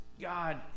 God